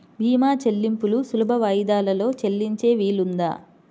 భీమా చెల్లింపులు సులభ వాయిదాలలో చెల్లించే వీలుందా?